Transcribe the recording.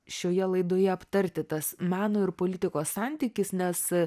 šioje laidoje aptarti tas meno ir politikos santykis nes